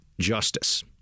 justice